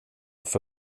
för